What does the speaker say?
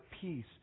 peace